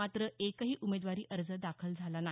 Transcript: मात्र एकही उमेदवारी अर्ज दाखल झाला नाही